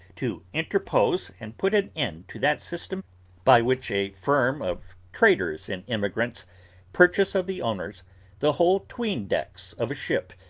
to interpose and put an end to that system by which a firm of traders in emigrants purchase of the owners the whole tween-decks of a ship,